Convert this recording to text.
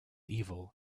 evil